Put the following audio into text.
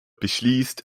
beschließt